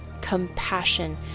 compassion